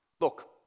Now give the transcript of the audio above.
look